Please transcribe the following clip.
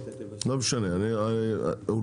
כיוון שזה חוק הסדרים ואני רוצה לסיים את הכול השבוע,